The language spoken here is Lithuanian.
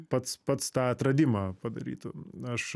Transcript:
pats pats tą atradimą padarytų aš